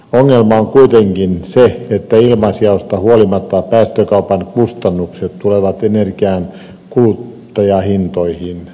ongelma on kuitenkin se että ilmaisjaosta huolimatta päästökaupan kustannukset tulevat energian kuluttajahintoihin